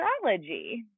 astrology